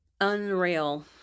Unreal